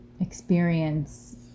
experience